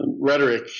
rhetoric